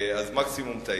מקסימום טעיתי.